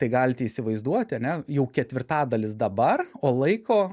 tai galite įsivaizduoti ane jau ketvirtadalis dabar o laiko